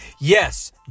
Yes